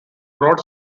broad